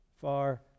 far